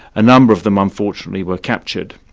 a number of them unfortunately were captured.